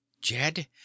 Jed